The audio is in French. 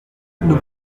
nous